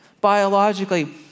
biologically